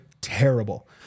terrible